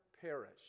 perish